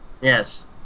Yes